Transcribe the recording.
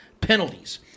penalties